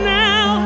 now